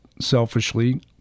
selfishly